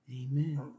Amen